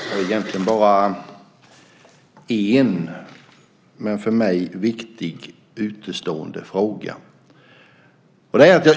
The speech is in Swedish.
Herr talman! Jag har egentligen bara en, men för mig viktig, utestående fråga.